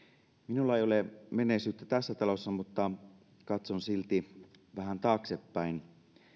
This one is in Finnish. minulla ei ole menneisyyttä tässä talossa mutta katson silti vähän taaksepäin